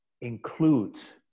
includes